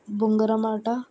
బొంగరం ఆట